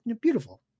beautiful